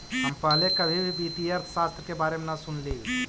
हम पहले कभी भी वित्तीय अर्थशास्त्र के बारे में न सुनली